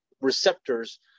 receptors